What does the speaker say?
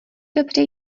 dobře